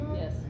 Yes